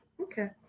Okay